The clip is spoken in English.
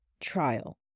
trial